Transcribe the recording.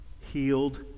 healed